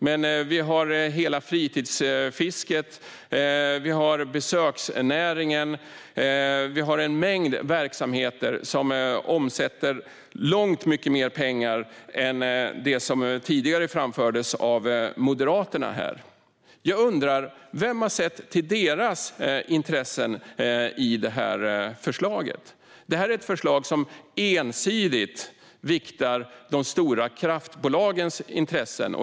Men vi har hela fritidsfisket, besöksnäringen och en mängd verksamheter som omsätter långt mycket mer pengar än det som tidigare framfördes av Moderaterna här. Jag undrar: Vem har sett till deras intressen i detta förslag? Detta är ett förslag som ensidigt viktar de stora kraftbolagens intressen.